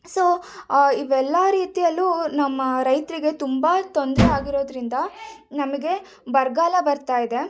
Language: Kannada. ಸೊ ಇವೆಲ್ಲ ರೀತಿಯಲ್ಲೂ ನಮ್ಮ ರೈತರಿಗೆ ತುಂಬ ತೊಂದರೆ ಆಗಿರೋದ್ರಿಂದ ನಮಗೆ ಬರಗಾಲ ಬರ್ತಾ ಇದೆ